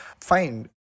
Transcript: find